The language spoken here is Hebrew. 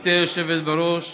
גברתי היושבת בראש,